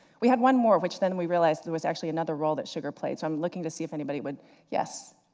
we had one more, which then we realized there was actually another role that sugar played. so i'm looking to see if anybody would yes?